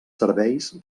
serveis